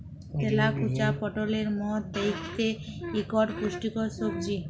তেলাকুচা পটলের মত দ্যাইখতে ইকট পুষ্টিকর সবজি